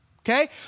okay